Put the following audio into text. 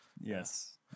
yes